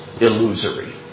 illusory